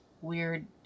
weird